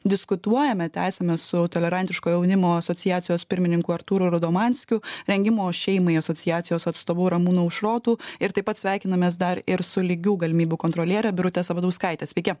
diskutuojame tęsiame su tolerantiško jaunimo asociacijos pirmininku artūru rudomanskiu rengimo šeimai asociacijos atstovu ramūnu aušrotu ir taip pat sveikinamės dar ir su lygių galimybių kontroliere birute sabatauskaite sveiki